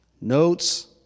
Notes